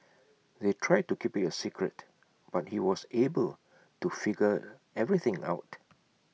they tried to keep IT A secret but he was able to figure everything out